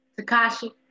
Takashi